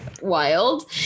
wild